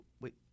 Wait